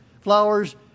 flowers